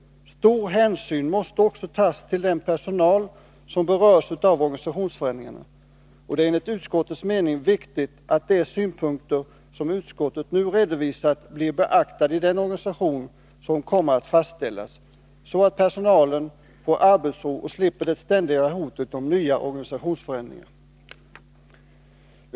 Stor hänsyn måste också tas till den personal som berörs av organisationsförändringarna. Det är enligt utskottets mening viktigt att de synpunkter som utskottet nu redovisat blir beaktade i den organisation som kommer att fastställas, så att personalen får arbetsro och slipper det ständiga hotet om nya organisationsförändringar.